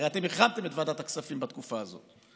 הרי אתם החרמתם את ועדת הכספים בתקופה הזאת.